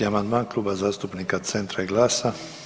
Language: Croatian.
6. amandman Kluba zastupnika Centra i GLAS-a.